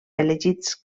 elegits